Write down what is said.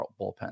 bullpen